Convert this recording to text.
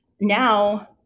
now